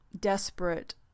desperate